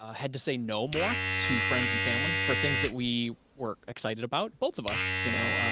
had to say no more to friends and family for things that we weren't excited about. both of us, you know,